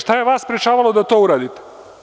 Šta je vas sprečavalo da to uradite?